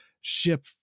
ship